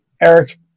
Eric